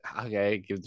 Okay